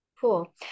Cool